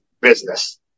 business